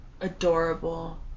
adorable